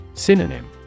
Synonym